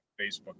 Facebook